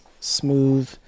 smooth